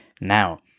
Now